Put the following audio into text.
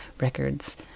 Records